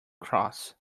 cross